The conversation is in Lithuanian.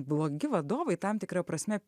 blogi vadovai tam tikra prasme